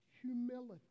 humility